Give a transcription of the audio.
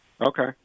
Okay